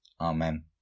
Amen